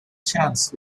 chance